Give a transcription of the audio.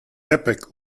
epoch